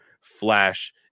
flash